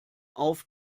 auf